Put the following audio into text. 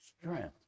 strength